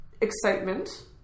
excitement